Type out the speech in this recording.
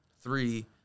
three